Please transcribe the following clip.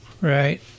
Right